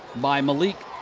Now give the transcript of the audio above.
by malik